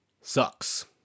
sucks